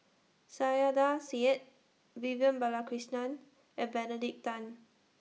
Saiedah Said Vivian Balakrishnan and Benedict Tan